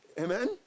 Amen